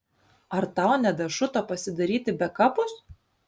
ar tau nedašuto pasidaryti bekapus